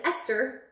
Esther